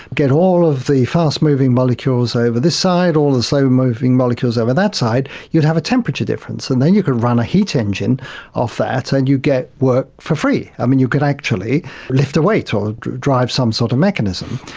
get all of the fast-moving molecules over this side, all the slow-moving molecules over that side, you'd have a temperature difference, and then you could run a heat engine off that and you get work for free. and you could actually lift a weight or drive some sort of mechanism.